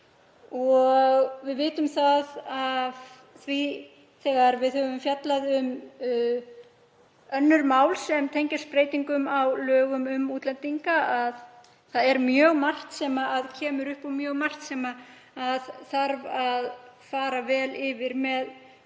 Við vitum að þegar við höfum fjallað um önnur mál sem tengjast breytingum á lögum um útlendinga er mjög margt sem kemur upp og mjög margt sem þarf að fara vel yfir með